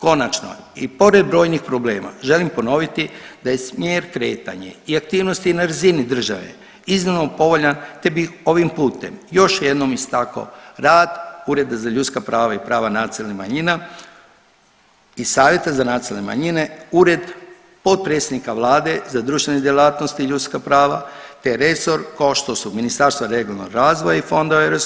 Konačno, i pored brojnih problema želim ponoviti da je smjer kretanja i aktivnosti na razini države iznimno povoljan, te bi ovim putem još jednom istako rad Ureda za ljudska prava i prava nacionalnih manjina i Savjeta za nacionalne manjine, Ured potpredsjednika vlade za društvene djelatnosti i ljudska prava, te resor kao što su Ministarstvo regionalnog razvoja i fondova EU